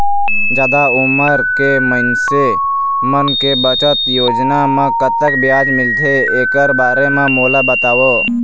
जादा उमर के मइनसे मन के बचत योजना म कतक ब्याज मिलथे एकर बारे म मोला बताव?